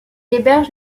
héberge